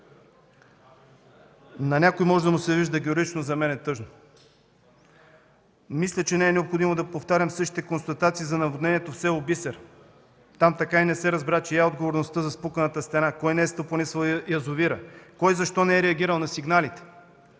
На някой може да му се струва героично, за мен е тъжно. Мисля, че не е необходимо да повтарям същите констатации за наводнението в село Бисер. Там така и не се разбра чия е отговорността за спуканата стена; кой не е стопанисвал язовира; кой и защо не е реагирал на сигналите,